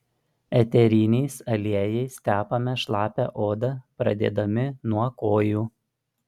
eteriniais aliejais tepame šlapią odą pradėdami nuo kojų